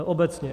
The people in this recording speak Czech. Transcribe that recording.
Obecně.